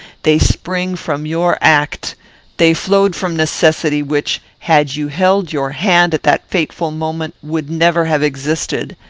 they spring from your act they flowed from necessity, which, had you held your hand at that fateful moment, would never have existed.